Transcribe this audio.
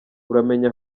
uramenye